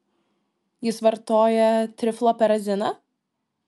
jis vartoja trifluoperaziną